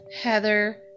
Heather